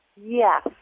Yes